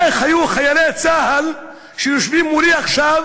איך היו חיילי צה"ל, שיושבים מולי עכשיו